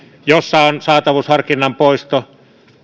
jossa on saatavuusharkinnan poisto